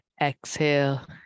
Exhale